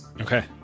Okay